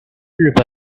日本